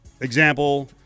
example